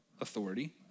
authority